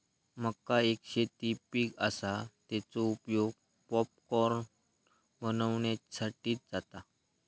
मका एक शेती पीक आसा, तेचो उपयोग पॉपकॉर्न बनवच्यासाठी जाता